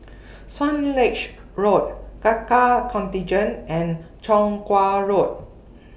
Swanage Road Gurkha Contingent and Chong Kuo Road